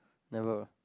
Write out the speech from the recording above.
never